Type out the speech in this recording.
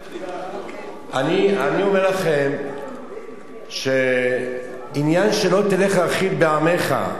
אני אומר לכם שיש עניין של "לא תלך רכיל בעמך,